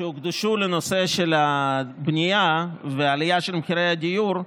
שהוקדשו לנושא של הבנייה והעלייה במחירי הדיור,